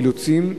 אילוצים מקצועיים?